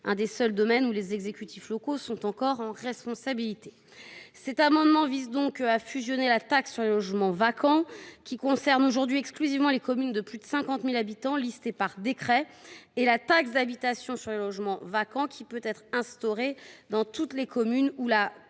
l’un des seuls domaines dans lequel les exécutifs locaux exercent encore des responsabilités. Cet amendement tend ainsi à fusionner la taxe sur les logements vacants, qui concerne aujourd’hui exclusivement les communes de plus de 50 000 habitants listées par décret, et la taxe d’habitation sur les logements vacants, qui peut être instaurée dans toutes les communes où la